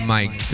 Mike